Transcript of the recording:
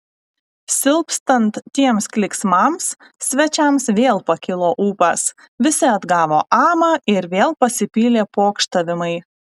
silpstant tiems klyksmams svečiams vėl pakilo ūpas visi atgavo amą ir vėl pasipylė pokštavimai